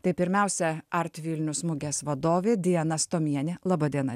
tai pirmiausia artvilnius mugės vadovė diana stomienė laba diena